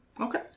Okay